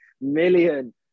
million